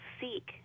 seek